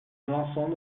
avançons